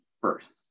first